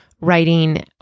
writing